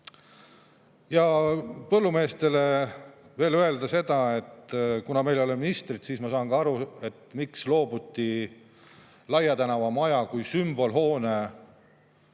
põllumeestele veel öelda seda, et kuna meil ei ole ministrit, siis ma saan aru, miks loobuti Laia tänava maja kui sümbolhoone